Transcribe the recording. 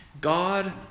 God